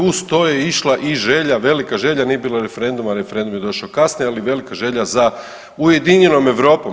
Uz to je išla i želja, velika želja, nije bilo referenduma, referendum je došao kasnije ali velika želja za ujedinjenom Europom.